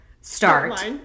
start